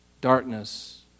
darkness